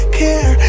care